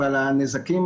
אבל הנזקים